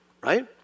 right